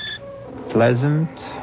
pleasant